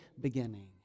beginning